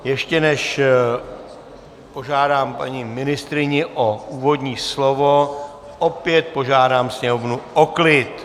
Ještě než požádám paní ministryni o úvodní slovo, opět požádám sněmovnu o klid!